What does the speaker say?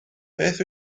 beth